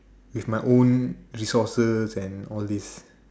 with my own resources and all these